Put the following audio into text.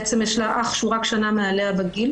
בעצם יש לה אח שהוא רק שנה מעליה בגיל.